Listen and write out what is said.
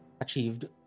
achieved